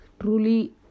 truly